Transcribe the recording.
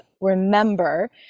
remember